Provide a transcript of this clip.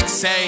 Say